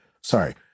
sorry